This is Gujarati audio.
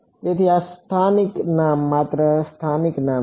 તેથી આ સ્થાનિક નામ માત્ર સ્થાનિક નામ છે